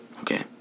okay